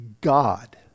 God